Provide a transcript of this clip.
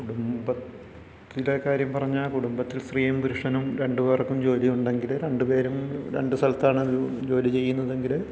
കുടുംബത്തിലെ കാര്യം പറഞ്ഞാൽ കുടുബത്തിൽ സ്ത്രീയും പുരുഷനും രണ്ട് പേർക്കും ജോലി ഉണ്ടെങ്കിൽ രണ്ട് പേരും രണ്ട് സ്ഥലത്താണ് ജോലി ചെയുന്നതെങ്കിൽ